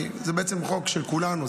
כי זה בעצם חוק של כולנו.